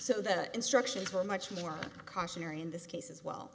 so the instructions were much more cautionary in this case as well